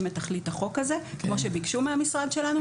את תכלית החוק הזה כמו שביקשו מהמשרד שלנו,